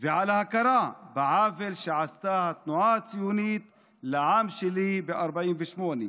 ועל ההכרה בעוול שעשתה התנועה הציונית לעם שלי ב-1948.